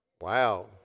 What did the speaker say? Wow